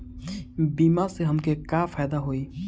बीमा से हमके का फायदा होई?